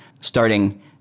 starting